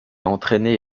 entraîné